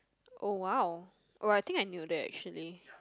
oh !wow! oh I think I knew that actually